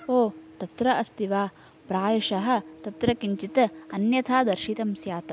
ओ तत्र अस्ति वा प्रायशः तत्र किञ्चित् अन्यथा दर्शितं स्यात्